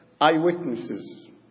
eyewitnesses